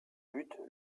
buts